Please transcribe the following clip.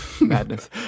madness